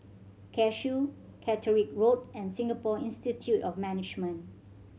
Cashew Catterick Road and Singapore Institute of Management